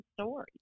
story